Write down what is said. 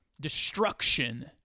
destruction